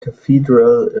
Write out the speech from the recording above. cathedral